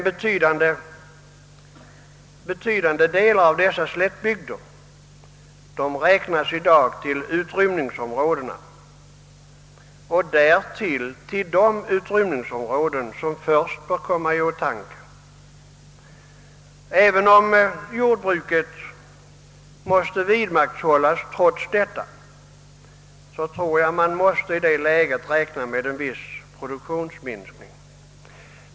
Men betydande delar av dessa slättbygder räknas i dag till utrymningsområdena och därtill till de utrymningsområden, som först bör komma i åtanke. Även om jordbruket trots detta måste vidmakthållas tror jag att man i detta läge måste räkna med en viss produktionsminskning.